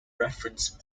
reference